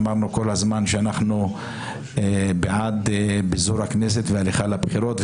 אמרנו כל הזמן שאנחנו בעד התפזרות הכנסת והליכה לבחירות,